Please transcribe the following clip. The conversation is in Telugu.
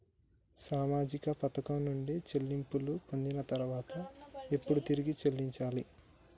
సామాజిక పథకం నుండి చెల్లింపులు పొందిన తర్వాత ఎప్పుడు తిరిగి చెల్లించాలి?